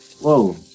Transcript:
Whoa